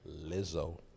Lizzo